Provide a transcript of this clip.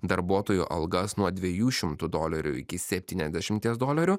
darbuotojų algas nuo dviejų šimtų dolerių iki septyniasdešimties dolerių